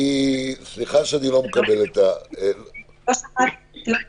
סליחה שאני לא מקבל את --- אתה יכול לחזור,